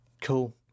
Cool